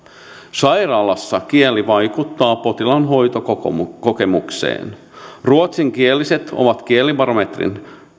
sairaalassa kieli vaikuttaa potilaan hoitokokemukseen ruotsinkieliset ovat kielibarometrin